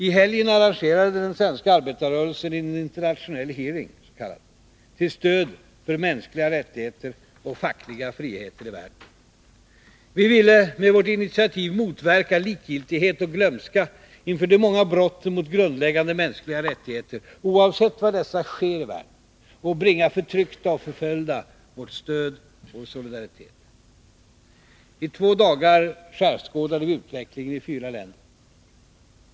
I helgen arrangerade den svenska arbetarrörelsen en internationell hearing till stöd för mänskliga rättigheter och fackliga friheter i världen. Vi ville med vårt initiativ motverka likgiltighet och glömska inför de många brotten mot grundläggande mänskliga rättigheter, oavsett var dessa sker i världen, och bringa förtryckta och förföljda vårt stöd, vår solidaritet. I två dagar skärskådade vi utvecklingen i fyra länder.